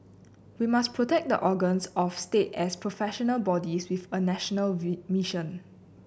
we must protect the organs of state as professional bodies with a national we mission